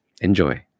enjoy